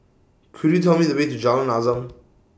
Could YOU Tell Me The Way to Jalan Azam